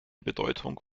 bedeutung